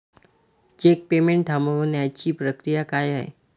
Check payment थांबवण्याची प्रक्रिया काय आहे?